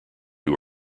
who